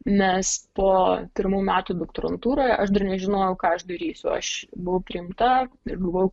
nes po pirmų metų doktorantūroje aš dar nežinojau ką aš darysiu aš buvau priimta ir buvau